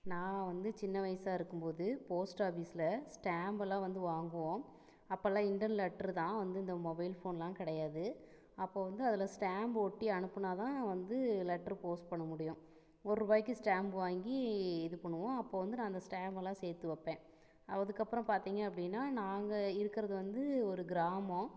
நான் வந்து சின்ன வயதா இருக்கும் போது போஸ்ட் ஆபீஸில் ஸ்டாம்பெல்லாம் வந்து வாங்குவோம் அப்போல்லாம் இண்டன் லெட்டரு தான் வந்து இந்த மொபைல் ஃபோன்னுலாம் கிடையாது அப்போ வந்து அதில் ஸ்டாம்ப் ஒட்டி அனுப்புனா தான் வந்து லெட்ரு போஸ்ட் பண்ண முடியும் ஒர் ருபாய்க்கு ஸ்டாம்ப் வாங்கி இது பண்ணுவோம் அப்போ வந்து நான் இந்த ஸ்டாம்பெல்லாம் சேர்த்து வைப்பேன் அதுக்கப்புறம் பார்த்தீங்க அப்படின்னா நாங்கள் இருக்கிறது வந்து ஒரு கிராமம்